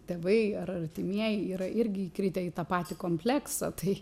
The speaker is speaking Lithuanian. tėvai ar artimieji yra irgi įkritę į tą patį kompleksą tai